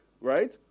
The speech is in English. right